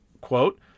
quote